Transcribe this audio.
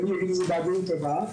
ואני אגיד את זה בעדינות רבה.